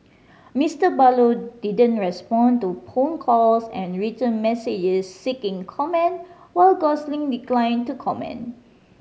Mister Barlow didn't respond to phone calls and written messages seeking comment while Gosling declined to comment